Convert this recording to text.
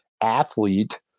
athlete